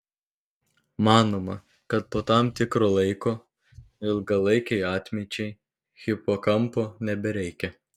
manoma kad po tam tikro laiko ilgalaikei atminčiai hipokampo nebereikia